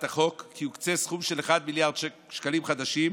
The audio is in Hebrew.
החוק כי יוקצה סכום של מיליארד שקלים חדשים